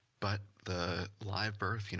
but the live birth, you know,